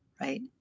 Right